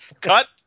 Cut